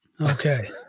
Okay